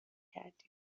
کردیم